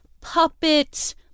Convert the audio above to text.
puppet